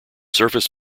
surface